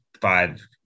five